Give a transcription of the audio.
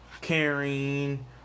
caring